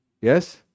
Yes